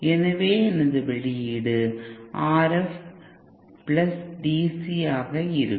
எனது வெளியீடு RF DC ஆக இருக்கும்